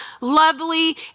lovely